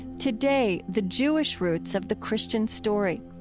today, the jewish roots of the christian story.